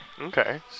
Okay